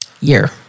year